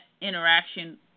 interaction